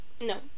no